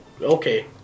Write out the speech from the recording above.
okay